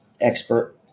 expert